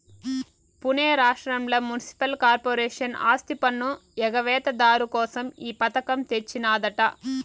పునే రాష్ట్రంల municipal corporation ఆస్తిపన్ను ఎగవేత దారు కోసం ఈ పథకం తెచ్చినాదట